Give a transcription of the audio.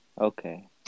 Okay